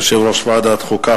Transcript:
יושב-ראש ועדת חוקה,